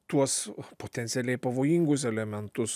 tuos potencialiai pavojingus elementus